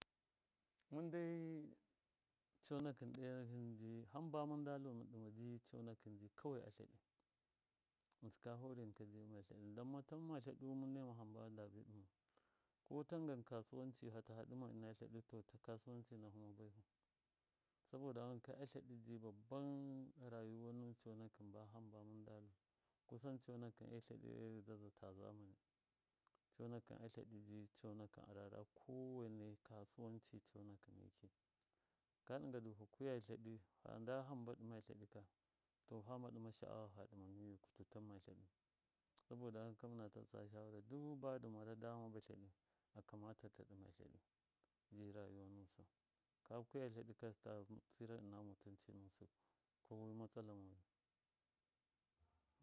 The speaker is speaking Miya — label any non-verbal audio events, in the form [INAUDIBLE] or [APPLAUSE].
Mɨn dai conakɨn ɗe [UNINTELLIGIBLE] hamba mɨndalu mɨn ɗɨma kawai atleɗi ghɨnsɨ kabi horayanka atleɗe dmma tamma tleɗu mɨnne ma hamba mɨn dabi ɗɨmau ko tangan kasuwanci hata haɗɨma ɨna tleɗu to kasuwanci nahu ma bayu. Saboda wanka atleɗi ji babban rayuwa nuwɨn conakɨn ba hamba mɨndalu kusan conakɨn atleɗi ghɨdzaza ta zamani conakɨn atleɗi arara kowaina kasuwanci ji conakɨn ka ɗɨnga ndu fa kwiya tleɗɨ fa nda hamba ɗɨma tleɗi ka to fama sha. awa fa ɗɨma niwikutu tamma tleɗu saboda wanka mɨnata tsa shawara dubadɨ mara dama ba tleɗi akamata ta ɗɨma tleɗi ji rayuwa nusɨ ka kuya tleɗɨ ka to ta tsṫra ɨna mutunci nusɨ kowi matsala moyu.